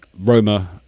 Roma